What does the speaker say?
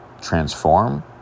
transform